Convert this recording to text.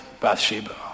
Bathsheba